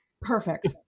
Perfect